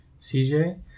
CJ